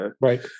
right